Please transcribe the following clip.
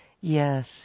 Yes